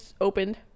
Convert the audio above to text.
opened